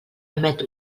emet